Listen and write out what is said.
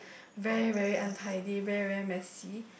very very untidy very very messy